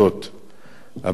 הוותיקן מנסה זמן רב